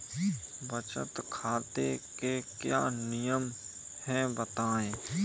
बचत खाते के क्या नियम हैं बताएँ?